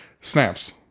snaps